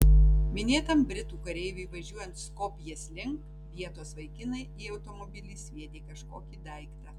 minėtam britų kareiviui važiuojant skopjės link vietos vaikinai į automobilį sviedė kažkokį daiktą